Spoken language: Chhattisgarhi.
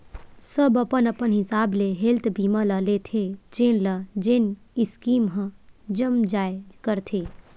सब अपन अपन हिसाब ले हेल्थ बीमा ल लेथे जेन ल जेन स्कीम ह जम जाय करथे